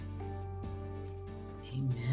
Amen